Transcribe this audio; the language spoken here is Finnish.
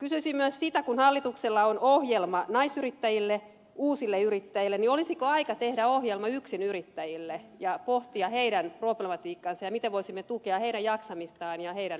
kysyisin myös sitä kun hallituksella on ohjelma naisyrittäjille uusille yrittäjille olisiko aika tehdä ohjelma yksinyrittäjille ja pohtia heidän problematiikkaansa ja miten voisimme tukea heidän jaksamistaan ja heidän elinkeinotoimintaansa